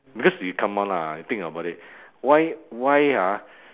because we come on lah you think about it why why ah